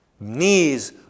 Knees